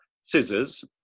scissors